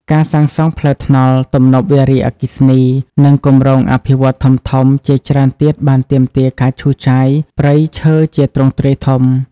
ការសាងសង់ផ្លូវថ្នល់ ទំនប់វារីអគ្គិសនី និងគម្រោងអភិវឌ្ឍន៍ធំៗជាច្រើនទៀតបានទាមទារការឈូសឆាយព្រៃឈើជាទ្រង់ទ្រាយធំ។